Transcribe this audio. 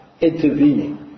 intervening